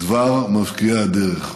"דבר מבקיעי הדרך",